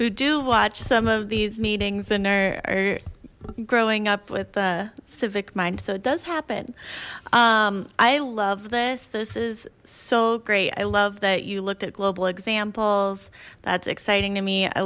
who do watch some of these meetings and are growing up with the civic mind so it does happen i love this this is so great i love that you looked at global examples that's exciting to me i